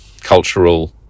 cultural